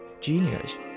genius